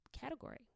category